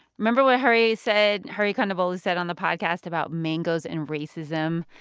remember what hari said hari kondabolu said on the podcast about mangoes and racism.